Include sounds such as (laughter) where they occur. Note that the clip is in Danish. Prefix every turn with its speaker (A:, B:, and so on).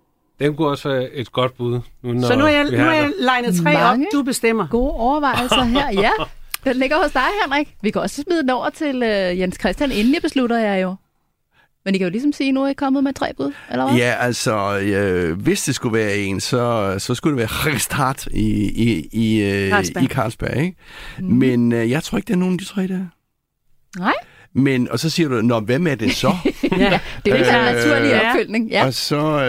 A: Dem kunne også være et godt bud, nu
B: Så
A: når
B: nu er jeg-
A: vi
B: nu
A: har
B: er jeg
A: det.
B: legnet tre op.
C: Mange
B: Du bestemmer.
C: gode overvejelser her. Ja,
B: (laughs)
C: den ligger hos dig, Henrik. Vi kan også smide den over til, øh, Jens Christian. Endelig beslutter jeg jo. Men I kan jo ligesom sige, nu er I kommet med tre bud, eller hvad?
D: Ja, altså, øh, hvis det skulle være en, så- så skulle det være (laughs) Rikke Start i- i- i, øh,
B: Carlsberg.
D: i Carlsberg, ikke?
C: Mhm.
D: Men, øh, jeg tror ikke, det er nogen af de tre, der er.
C: Nej.
D: Men- og så siger du, "Nå, hvem er det så?"
C: (laughs) Ja, det er jo ikke
D: Øh,
C: sådan en
B: (laughs)
C: naturlig opfølgning. Ja.
D: ja, og så,